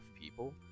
people